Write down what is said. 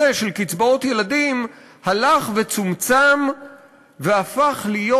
של קצבאות ילדים הלך וצומצם והפך להיות,